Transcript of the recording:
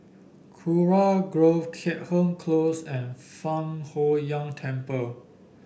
Kurau Grove Keat Hong Close and Fang Huo Yuan Temple